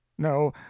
No